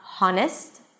honest